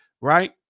right